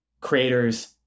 creators